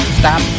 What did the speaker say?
stop